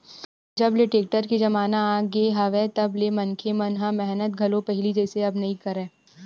जब ले टेक्टर के जमाना आगे हवय तब ले मनखे मन ह मेहनत घलो पहिली जइसे अब नइ करय